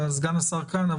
סגן השר כאן,